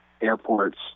airports